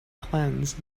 cleanse